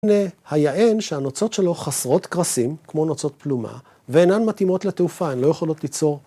‫היען, שהנוצות שלו חסרות קרסים, ‫כמו נוצות פלומה, ‫ואינן מתאימות לתעופה, ‫הן לא יכולות ליצור...